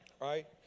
right